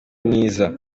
mwiza